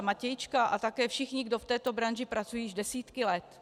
Matějčka a také všichni, kdo v této branži pracují již desítky let.